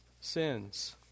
sins